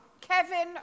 Kevin